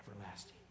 everlasting